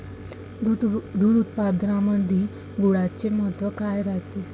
दूध उत्पादनामंदी गुळाचे महत्व काय रायते?